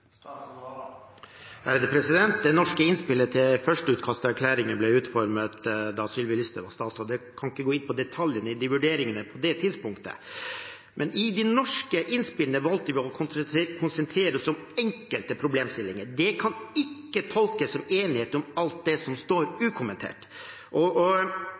Det norske innspillet til førsteutkastet til erklæringen ble utformet da Sylvi Listhaug var statsråd. Jeg kan ikke gå inn på detaljene i vurderingene på det tidspunktet. Men i de norske innspillene valgte vi å konsentrere oss om enkelte problemstillinger. Det kan ikke tolkes som enighet om alt det som står